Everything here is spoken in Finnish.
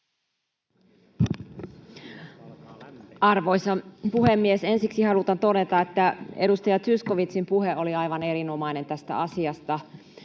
Arvoisa puhemies! Ensiksi haluan todeta, että edustaja Zyskowiczin puhe oli aivan erinomainen tästä asiasta.